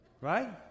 right